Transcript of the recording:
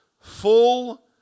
full